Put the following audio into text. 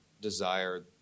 desire